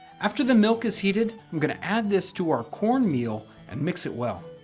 after the milk is heated, i'm going to add this to our cornmeal and mix it well.